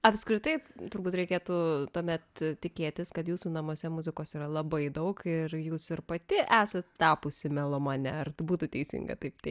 apskritai turbūt reikėtų tuomet tikėtis kad jūsų namuose muzikos yra labai daug ir jūs ir pati esate tapusi melomane ar būtų teisinga taip